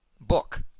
book